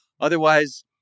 Otherwise